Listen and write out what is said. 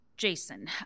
Jason